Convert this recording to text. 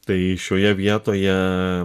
tai šioje vietoje